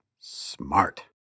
smart